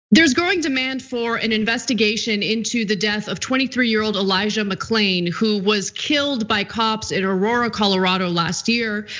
there's growing demand for an investigation into the death of twenty three year old elijah mcclain, who was killed by cops in aurora, colorado last year,